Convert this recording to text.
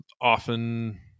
often